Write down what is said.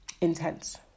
intense